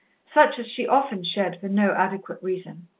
such as she often shed for no adequate reason.